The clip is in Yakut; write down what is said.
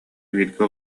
бииргэ